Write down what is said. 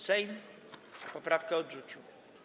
Sejm poprawkę odrzucił.